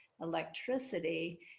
electricity